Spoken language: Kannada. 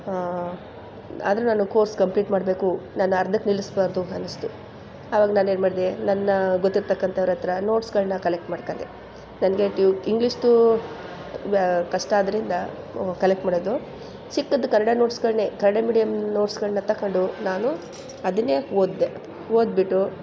ಹಾಂ ಆರೂದ ನಾನು ಕೋರ್ಸ್ ಕಂಪ್ಲೀಟ್ ಮಾಡಬೇಕು ನಾನು ಅರ್ಧಕ್ಕೆ ನಿಲ್ಲಿಸ್ಬಾರ್ದು ಅನ್ನಿಸ್ತು ಅವಾಗ ನಾನೇನು ಮಾಡಿದೆ ನನ್ನ ಗೊತ್ತಿರ್ತಕ್ಕಂಥವ್ರ ಹತ್ರ ನೋಟ್ಸ್ಗಳನ್ನ ಕಲೆಕ್ಟ್ ಮಾಡ್ಕೊಂಡೆ ನನಗೆ ಟ್ಯು ಇಂಗ್ಲೀಷ್ದೂ ಕಷ್ಟ ಅದರಿಂದ ಕಲೆಕ್ಟ್ ಮಾಡೋದು ಸಿಕ್ಕಿದ್ದ ಕನ್ನಡ ನೋಟ್ಸ್ಗಳನ್ನೆ ಕನ್ನಡ ಮೀಡಿಯಮ್ ನೋಟ್ಸ್ಗಳನ್ನ ತಗೊಂಡು ನಾನು ಅದನ್ನೇ ಓದಿದೆ ಓದಿಬಿಟ್ಟು